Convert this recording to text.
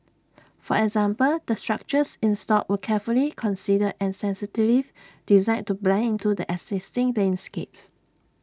for example the structures installed were carefully considered and sensitively designed to blend into the existing landscapes